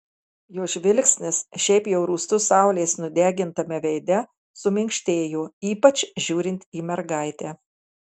jo žvilgsnis šiaip jau rūstus saulės nudegintame veide suminkštėjo ypač žiūrint į mergaitę